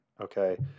Okay